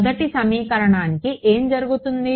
మొదటి సమీకరణానికి ఏమి జరుగుతుంది